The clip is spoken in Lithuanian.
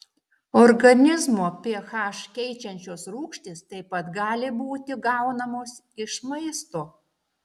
organizmo ph keičiančios rūgštys taip pat gali būti gaunamos iš maisto